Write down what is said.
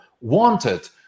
wanted